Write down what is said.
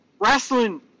Wrestling